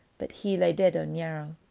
but he lay dead on yarrow.